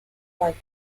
flight